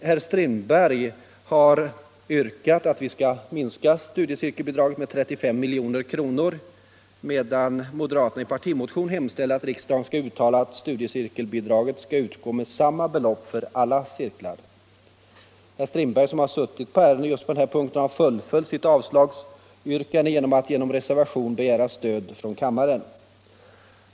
Herr Strindberg har yrkat att vi skall minska studiecirkelbidraget med 35 milj.kr., medan moderaterna i partimotion hemställt att riksdagen skall uttala att studiecirkelbidraget skall utgå med samma belopp för alla cirklar. Herr Strindberg, som har suttit på ärendet just på den här punkten, har fullföljt sitt avslagsyrkande genom att i reservation begära stöd för sin åsikt här i kammaren.